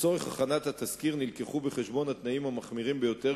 לצורך הכנת התסקיר הובאו בחשבון התנאים המחמירים ביותר,